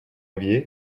rêviez